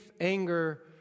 anger